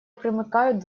примыкают